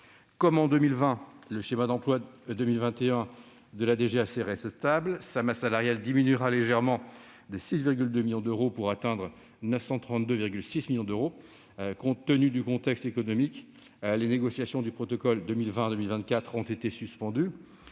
Comme en 2020, le schéma d'emplois 2021 de la DGAC reste stable. Sa masse salariale diminuera légèrement, de 6,2 millions d'euros, pour atteindre 932,6 millions d'euros. Compte tenu du contexte économique, les négociations du protocole 2020-2024 ont été suspendues.